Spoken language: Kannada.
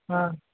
ಹಾಂ